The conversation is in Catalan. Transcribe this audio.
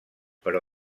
però